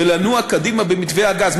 ולנוע קדימה במתווה הגז.